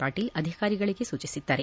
ಪಾಟೀಲ್ ಅಧಿಕಾರಿಗಳಿಗೆ ಸೂಚಿಸಿದ್ದಾರೆ